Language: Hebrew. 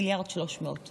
1.3 מיליארד בשנתיים.